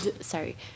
Sorry